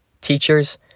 teachers